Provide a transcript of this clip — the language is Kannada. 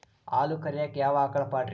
ಹಾಲು ಕರಿಯಾಕ ಯಾವ ಆಕಳ ಪಾಡ್ರೇ?